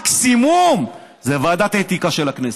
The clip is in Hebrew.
מקסימום זה ועדת האתיקה של הכנסת.